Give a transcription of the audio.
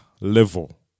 level